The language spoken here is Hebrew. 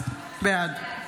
בעד